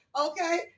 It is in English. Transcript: okay